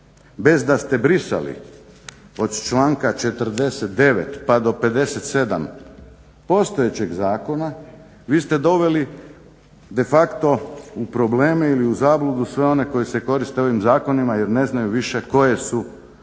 bez da ste brisali od članka 49. pa do 57. postojećeg zakona, vi ste doveli de facto u probleme ili u zabludu sve one koji se koriste ovim zakonima jer ne znaju više koje su norme